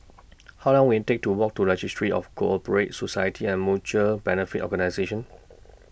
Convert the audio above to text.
How Long Will IT Take to Walk to Registry of Co Operative Societies and Mutual Benefit Organisations